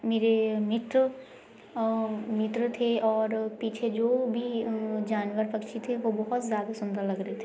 मेरे मित्र मित्र थे और पीछे जो भी जानवर पक्षी थे वो बहुत ज़्यादा सुन्दर लग रहे थे